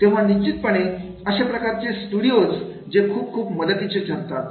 तेव्हा निश्चितपणे अशाप्रकारचे स्टुडिओज जे खूप आणि खूप मदतीचे ठरतात